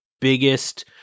biggest